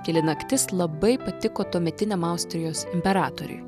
tyli naktis labai patiko tuometiniam austrijos imperatoriui